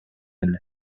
эле